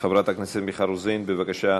חברת הכנסת מיכל רוזין, בבקשה.